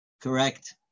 correct